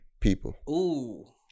people